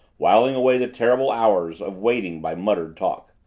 whiling away the terrible hours of waiting by muttered talk.